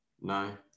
No